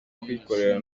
kuyikorera